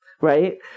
Right